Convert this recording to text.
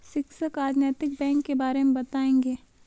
शिक्षक आज नैतिक बैंक के बारे मे बताएँगे